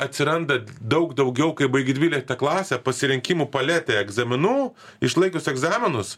atsiranda daug daugiau kai baigi dvyliktą klasę pasirinkimų paletė egzaminų išlaikius egzaminus